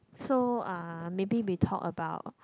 so uh maybe we talk about